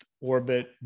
orbit